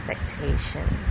expectations